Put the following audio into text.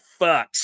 fucks